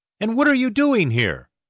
and what are you doing here,